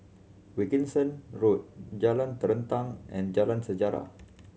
Wilkinson Road Jalan Terentang and Jalan Sejarah